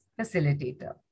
facilitator